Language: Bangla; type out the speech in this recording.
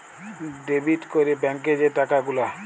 ডেবিট ক্যরে ব্যাংকে যে টাকা গুলা